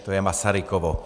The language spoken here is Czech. To je Masarykovo.